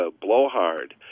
Blowhard